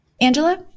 Angela